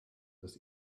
dass